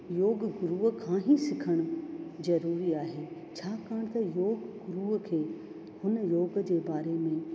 योग गुरू खां ई सिखणु ज़रूरी आहे छाकाणि त योग रुह खे हुन योग जे बारे में